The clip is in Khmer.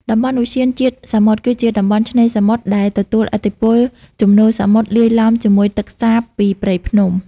តំបន់ឧទ្យានជាតិសមុទ្រ គឺជាតំបន់ឆ្នេរសមុទ្រដែលទទួលឥទ្ធិពលជំនោរសមុទ្រ លាយឡំជាមួយទឹកសាបពីព្រៃភ្នំ។